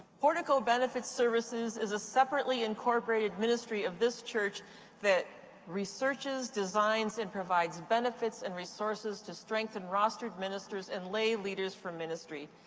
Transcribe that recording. portico benefit services is a separately incorporated ministry of this church that researches, designs, and provides benefits and resources to strengthen rostered ministers and lay leaders for ministry.